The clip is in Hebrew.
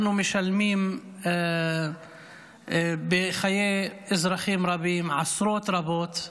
אנחנו משלמים בחיי אזרחים רבים, עשרות רבות.